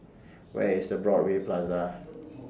Where IS Broadway Plaza